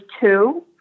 two